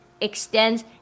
extends